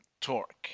torque